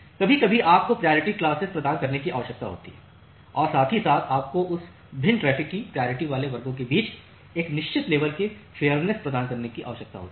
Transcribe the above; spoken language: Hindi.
कभी कभी आपको प्रायोरिटी क्लासेस प्रदान करने की आवश्यकता होती है और साथ ही साथ आपको उस भिन्न ट्रैफिक के प्रायोरिटी वाले वर्गों के बीच एक निश्चित लेवल की फेयरनेस प्रदान करने की आवश्यकता होती है